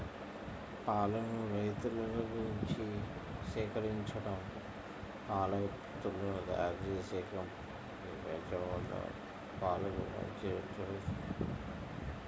పాలను రైతుల దగ్గర్నుంచి సేకరించడం, పాల ఉత్పత్తులను తయ్యారుజేసే కంపెనీ పెట్టడం వల్ల పాలకు మంచి రేటు వత్తంది